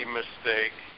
mistake